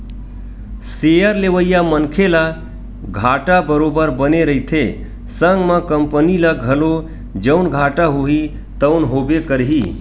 share लेवइया मनखे ल घाटा बरोबर बने रहिथे संग म कंपनी ल घलो जउन घाटा होही तउन होबे करही